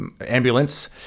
ambulance